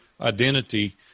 identity